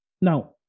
now